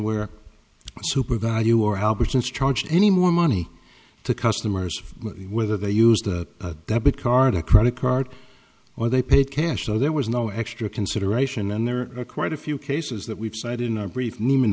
where super value or albertsons charged any more money to customers whether they used a debit card a credit card or they paid cash so there was no extra consideration and there are quite a few cases that we've cited in our brief nieman